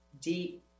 deep